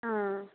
हा